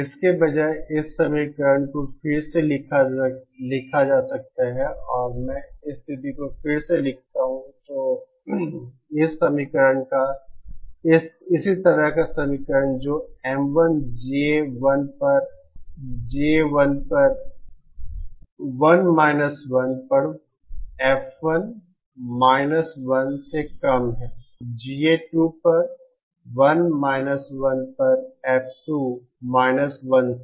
इसके बजाय इस समीकरण को फिर से लिखा जा सकता है अगर मैं स्थिति को फिर से लिखता हूं तो इसी तरह का समीकरण जो M1 GA1 पर 1 1 पर F1 1 से कम है जीए 2 पर 1 1 पर F2 1 से